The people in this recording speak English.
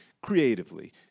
creatively